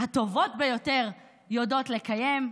הטובות ביותר יודעות לקיים,